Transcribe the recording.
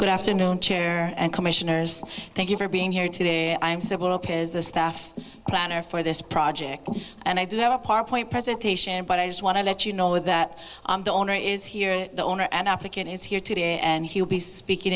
good afternoon chair and commissioners thank you for being here today i'm so the staff planner for this project and i do have a part point presentation but i just want to let you know that the owner is here the owner and optic it is here today and he will be speaking